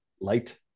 light